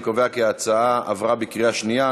אני קובע כי ההצעה עברה בקריאה שנייה.